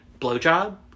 blowjob